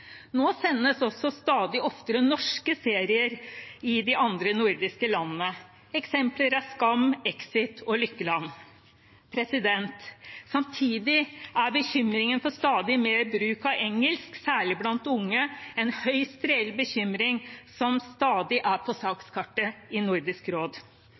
Nå sendes også stadig oftere norske serier i de andre nordiske landene. Eksempler er Skam, Exit og Lykkeland. Samtidig er bekymringen for stadig mer bruk av engelsk, særlig blant unge, en høyst reell bekymring som stadig er på sakskartet i Nordisk råd.